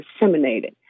disseminated